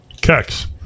Kex